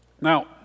Now